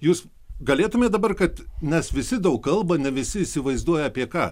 jus galėtumėt dabar kad nes visi daug kalba ne visi įsivaizduoja apie ką